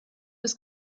ist